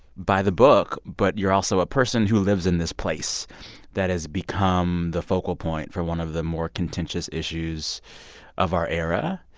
by the book, but you're also a person who lives in this place that has become the focal point for one of the more contentious issues of our era.